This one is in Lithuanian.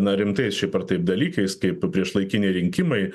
na rimtai šiaip ar taip dalykais kaip priešlaikiniai rinkimai